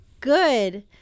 Good